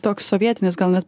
toks sovietinis gal net